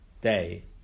day